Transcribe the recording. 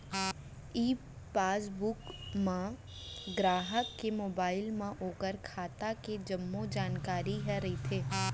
ई passbook म गराहक के मोबाइल म ओकर खाता के जम्मो जानकारी ह रइथे